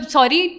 Sorry